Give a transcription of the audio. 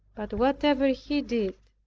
but whatever he did,